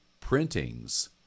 printings